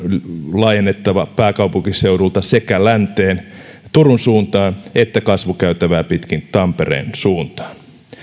laajennettava pääkaupunkiseudulta sekä länteen turun suuntaan että kasvukäytävää pitkin tampereen suuntaan